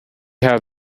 have